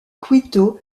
quito